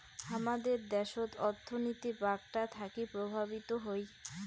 হামাদের দ্যাশোত অর্থনীতি বাঁকটা থাকি প্রভাবিত হই